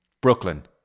Brooklyn